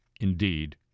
indeed